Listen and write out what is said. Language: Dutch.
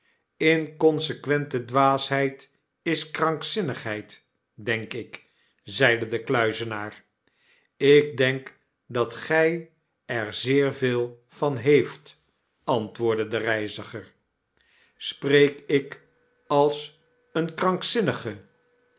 zyt jnconsequente dwaasheid is krankzinnigheid denk ik zeide de kluizenaar jk denk dat zy er zeer veel van heeft antwoordde de reiziger spreek ik als een krankzinnige